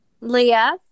Leah